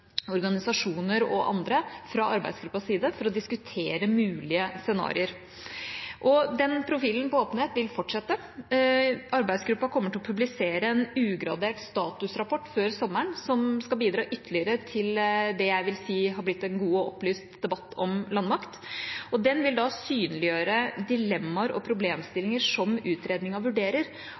organisasjoner og andre fra arbeidsgruppas side for å diskutere mulige scenarioer. Den profilen på åpenhet vil fortsette. Arbeidsgruppa kommer til å publisere en ugradert statusrapport før sommeren som skal bidra ytterligere til det jeg vil si har blitt en god og opplyst debatt om landmakt. Den vil synliggjøre dilemmaer og problemstillinger som utredningen vurderer,